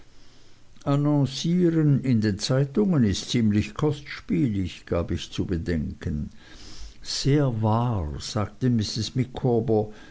annoncieren in den zeitungen ist ziemlich kostspielig gab ich zu bedenken sehr wahr sagte mrs